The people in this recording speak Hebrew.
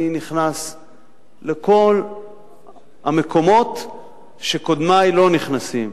אני נכנס לכל המקומות שקודמי לא נכנסו אליהם.